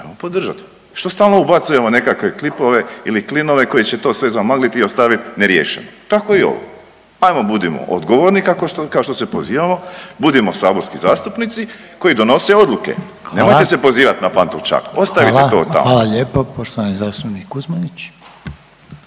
hajmo podržati. Što stalno ubacujemo nekakve klipove ili klinove koji će to sve zamagliti i ostaviti neriješeno. Tako i ovo. Hajmo budimo odgovorni kao što se pozivamo, budimo saborski zastupnici koji donose odluke. Nemojte se pozivati … …/Upadica Reiner: Hvala./… … na Pantovčak, ostavite to tamo.